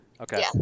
Okay